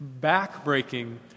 backbreaking